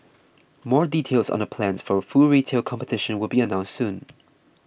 more details on the plans for full retail competition will be announced soon